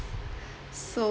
so